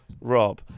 Rob